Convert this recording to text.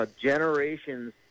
generations